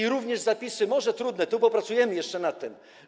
Są również zapisy może trudne, popracujemy jeszcze nad tym.